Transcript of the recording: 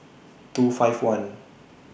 two five one